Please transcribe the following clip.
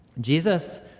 Jesus